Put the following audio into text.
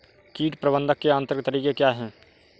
कीट प्रबंधक के यांत्रिक तरीके क्या हैं?